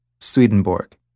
Swedenborg